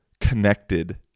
Connected